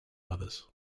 others